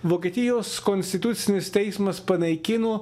vokietijos konstitucinis teismas panaikino